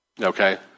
Okay